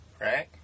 right